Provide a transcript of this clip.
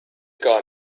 gar